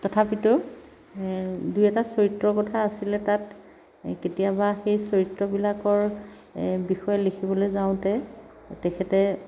তথাপিতো দুই এটা চৰিত্ৰৰ কথা আছিলে তাত কেতিয়াবা সেই চৰিত্ৰবিলাকৰ বিষয়ে লিখিবলৈ যাওঁতে তেখেতে